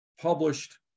published